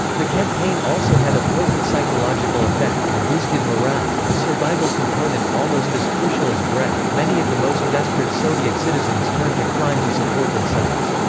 the campaign also had a potent psychological effect and boosted morale, a survival component almost as crucial as bread many of the most desperate soviet citizens turned to crime to support themselves.